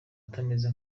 atameze